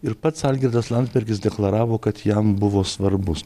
ir pats algirdas landsbergis deklaravo kad jam buvo svarbus